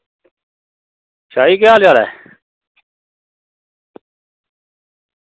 शाह् जी केह् हाल चाल ऐ